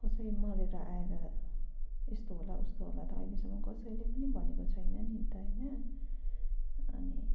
कसै मरेर आएर यस्तो होला उस्तो होला त अहिलेसम्म कसैले पनि भनेको छैन नि त होइन अनि